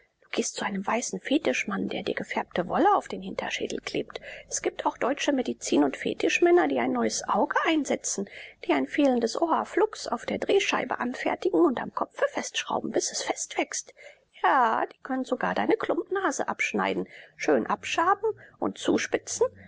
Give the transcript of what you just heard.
gehst zu einem weißen fetischmann der dir gefärbte wolle auf den hinterschädel klebt es gibt auch deutsche medizin und fetischmänner die ein neues auge einsetzen die ein fehlendes ohr flugs auf der drehscheibe anfertigen und am kopfe festschrauben bis es festwächst ja die können sogar deine klumpnase abschneiden schön abschaben und zuspitzen